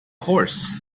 horse